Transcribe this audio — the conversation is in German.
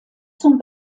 zum